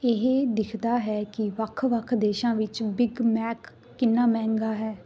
ਇ ਇਹ ਦੇਖਦਾ ਹੈ ਕਿ ਵੱਖ ਵੱਖ ਦੇਸ਼ਾਂ ਵਿੱਚ ਬਿਗ ਮੈਕ ਕਿੰਨਾ ਮਹਿੰਗਾ ਹੈ